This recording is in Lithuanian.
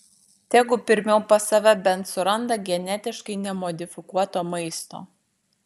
tegu pirmiau pas save bent suranda genetiškai nemodifikuoto maisto